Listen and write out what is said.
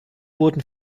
wurden